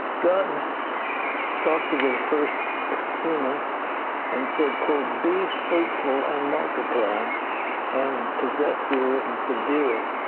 god talk to the first humans and said, quote, be fruitful and multiply and possess the earth and subdue it.